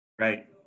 Right